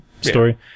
story